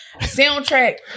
Soundtrack